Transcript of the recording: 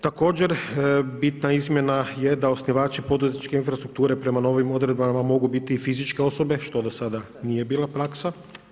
Također, bitna izmjena je da osnivači poduzetničke infrastrukture, prema novim odredbama mogu biti i fizičke osobe, što do sada nije bila praksa.